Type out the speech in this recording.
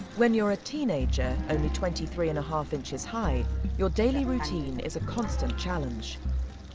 when you're ah teenager only twenty three and half inches high your daily routine is a constant challenge.